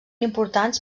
importants